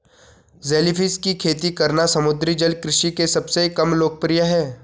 jellyfish की खेती करना समुद्री जल कृषि के सबसे कम लोकप्रिय है